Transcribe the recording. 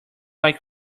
like